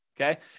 okay